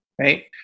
right